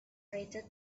rated